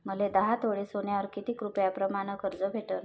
मले दहा तोळे सोन्यावर कितीक रुपया प्रमाण कर्ज भेटन?